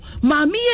Mami